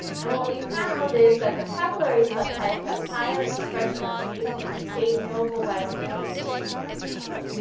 and what we found is that the papillary subtype have higher expression of genes in de novo biosynthesis of nucleotides,